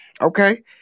Okay